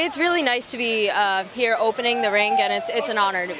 it's really nice to be here opening the ring and it's an honor to